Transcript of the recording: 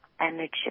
Energy